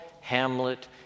hamlet